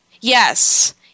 yes